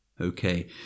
Okay